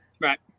Right